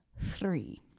three